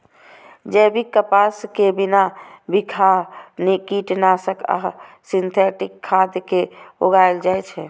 जैविक कपास कें बिना बिखाह कीटनाशक आ सिंथेटिक खाद के उगाएल जाए छै